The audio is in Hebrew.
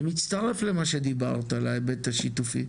זה מצטרף למה שדיברת על ההיבט השיתופי,